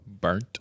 Burnt